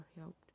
helped